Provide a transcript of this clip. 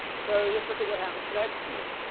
so let's look at what happens next year.